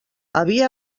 havia